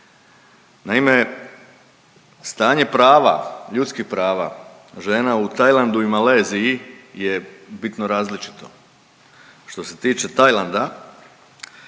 Naime, stanje prava, ljudskih prava žena u Tajlandu i Maleziji je bitno različito. Što se tiče Tajlanda